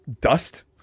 Dust